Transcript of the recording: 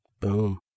Boom